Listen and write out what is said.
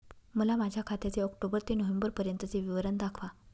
मला माझ्या खात्याचे ऑक्टोबर ते नोव्हेंबर पर्यंतचे विवरण दाखवा